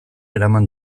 eraman